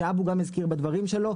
שאבו גם הזכיר בדברים שלו,